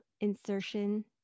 insertion